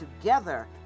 together